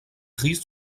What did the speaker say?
gris